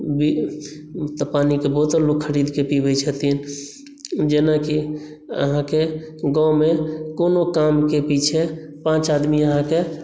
तऽ पानीके बोतल लोक खरीदके पिबैत छथिन जेनाकि अहाँकेँ गाँवमे कोनो कामके पीछे पाँच आदमी अहाँकेँ